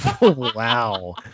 Wow